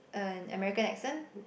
uh American accent